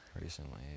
recently